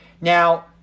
Now